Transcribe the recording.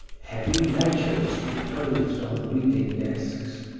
heavy ledgers reposed on reading-desks.